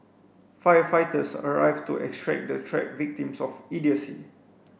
firefighters arrived to extract the trapped victims of idiocy